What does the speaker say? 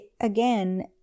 again